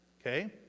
Okay